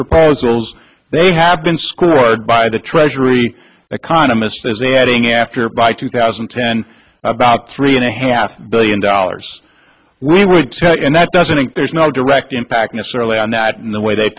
proposals they have been scored by the treasury economists as adding after by two thousand and ten about three and a half billion dollars we would and that doesn't there's no direct impact necessarily on that in the way they